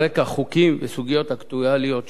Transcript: על רקע חוקים וסוגיות אקטואליות שונות.